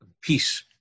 peace